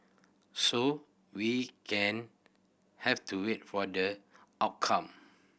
so we can have to wait for the outcome